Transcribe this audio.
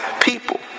people